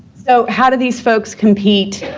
so, how do these folks compete?